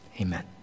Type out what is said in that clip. amen